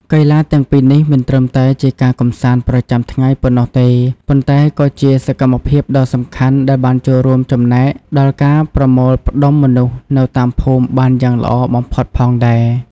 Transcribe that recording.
កីឡាទាំងពីរនេះមិនត្រឹមតែជាការកម្សាន្តប្រចាំថ្ងៃប៉ុណ្ណោះទេ ប៉ុន្តែក៏ជាសកម្មភាពដ៏សំខាន់ដែលបានរួមចំណែកដល់ការប្រមូលផ្តុំមនុស្សនៅតាមភូមិបានយ៉ាងល្អបំផុតផងដែរ។